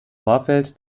vorfeld